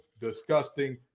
disgusting